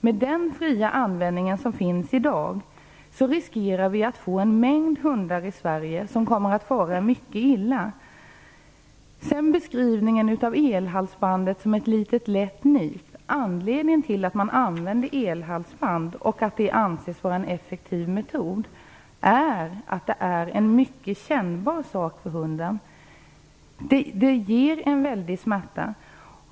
Med den fria användning som finns i dag riskerar vi att en mängd hundar i Sverige kommer att fara mycket illa. Sedan över till beskrivningen om att effekterna av elhalsbanden känns som ett litet lätt nyp. Anledningen till att man använder elhalsband och till att det anses vara en effektiv metod är att det är mycket kännbart för hunden. Det ger en väldig smärta.